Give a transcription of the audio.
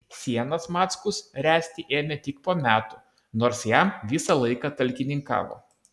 sienas mackus ręsti ėmė tik po metų nors jam visą laiką talkininkavo